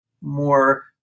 more